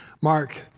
Mark